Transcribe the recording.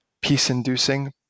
peace-inducing